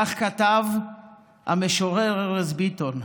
כך כתב המשורר ארז ביטון.